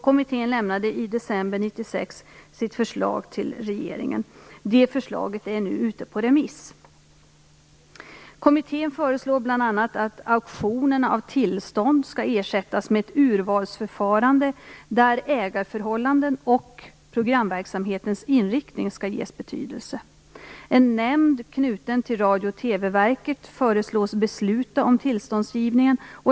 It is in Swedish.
Kommittén lämnade i december 1996 sitt förslag till regeringen. Förslaget är nu ute på remiss. Kommittén föreslår bl.a. att auktionerna av tillstånd skall ersättas med ett urvalsförfarande där ägarförhållanden och programverksamhetens inriktning skall ges betydelse. En nämnd knuten till Radio och TV-verket föreslås besluta om tillståndsgivningen.